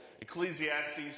Ecclesiastes